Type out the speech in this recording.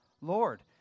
Lord